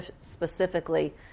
specifically